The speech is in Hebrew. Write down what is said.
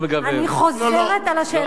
אני חוזרת על השאלה ששאלתי.